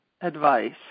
advice